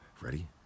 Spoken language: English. ready